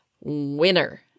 Winner